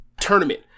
tournament